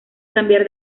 cambiar